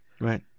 right